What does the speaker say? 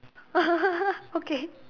okay